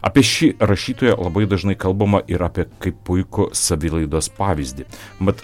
apie šį rašytoją labai dažnai kalbama ir apie kaip puikų savilaidos pavyzdį mat